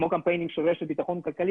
כמו הקמפיין של 'רשת ביטחון כלכלית',